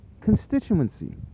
constituency